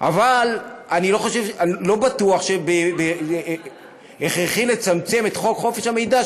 אבל אני לא בטוח שהכרחי לצמצם את חוק חופש המידע,